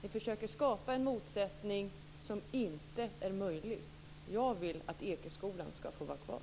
Ni försöker skapa en motsättning som inte är möjlig. Jag vill att Ekeskolan ska få vara kvar.